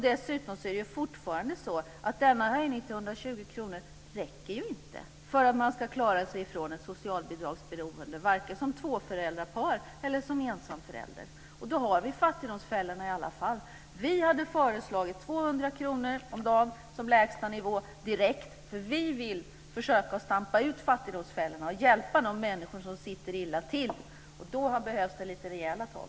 Dessutom är det fortfarande så att denna höjning till 120 kr inte räcker för att man ska klara sig ifrån socialbidragsberoende, varken som föräldrapar eller som ensamförälder. Då har vi fattigdomsfällan i alla fall. Vi hade föreslagit 200 kr om dagen som lägsta nivå direkt, för vi vill försöka stampa ut fattigdomsfällorna och hjälpa de människor som sitter illa till. Då behövs det lite rejäla tag.